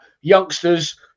youngsters